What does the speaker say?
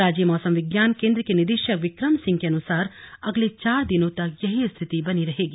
राज्य मौसम विज्ञान केंद्र के निदेशक विक्रम सिंह के अनुसार अगले चार दिनों तक यही स्थिति बनी रहेगी